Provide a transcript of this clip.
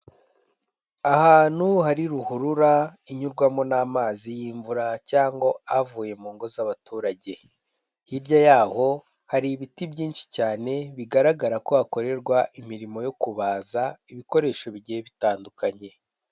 Ahantu hari ruhurura inyurwamo n'amazi y'imvura cyangwa avuye mu ngo z'abaturage, hirya yaho hari ibiti byinshi cyane, bigaragara ko hakorerwa imirimo yo kubaza ibikoresho bigiye bitandukanye.